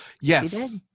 Yes